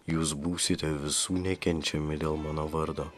jūs būsite visų nekenčiami dėl mano vardo